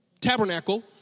Tabernacle